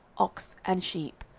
ox and sheep,